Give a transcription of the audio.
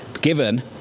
given